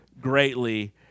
greatly